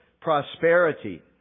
prosperity